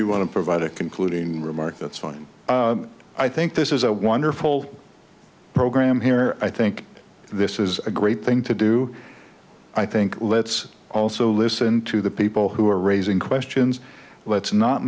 you want to provide a concluding remark that's fine i think this is a wonderful program here i think this is a great thing to do i think let's also listen to the people who are raising questions let's not